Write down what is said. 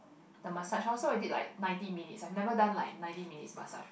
a massage loh so I did like ninety minutes I have done like ninety minutes massage